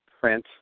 print